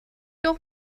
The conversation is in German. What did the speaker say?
doch